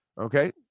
okay